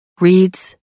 reads